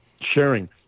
sharing